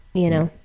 you know.